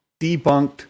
debunked